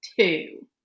two